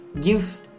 give